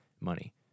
money